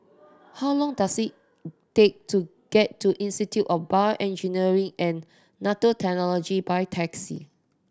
how long does it take to get to Institute of Bio Engineering and Nanotechnology by taxi